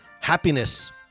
happiness